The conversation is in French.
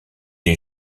est